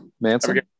Manson